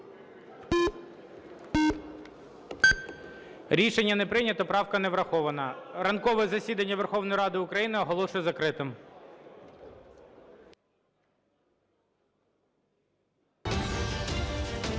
Рішення не прийнято. Правка не врахована. Ранкове засідання Верховної Ради України оголошую закритим.